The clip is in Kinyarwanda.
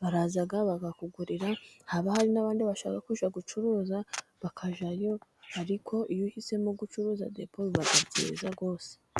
baraza bakakugurira , haba hari n'abandi bashaka kujya gucuruza bakajyayo, ariko iyo uhisemo gucuruza depo biba byiza rwose.